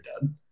dead